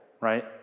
right